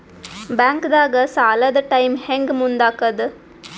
ಬ್ಯಾಂಕ್ದಾಗ ಸಾಲದ ಟೈಮ್ ಹೆಂಗ್ ಮುಂದಾಕದ್?